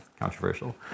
controversial